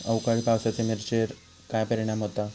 अवकाळी पावसाचे मिरचेर काय परिणाम होता?